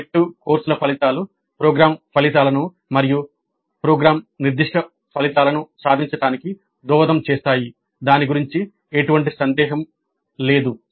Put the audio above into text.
elective కోర్సుల ఫలితాలు programme ఫలితాలను మరియు ప్రోగ్రామ్ నిర్దిష్ట ఫలితాలను సాధించడానికి దోహదం చేస్తాయి దాని గురించి ఎటువంటి సందేహం లేదు